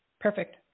Perfect